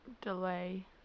delay